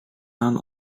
aan